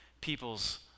people's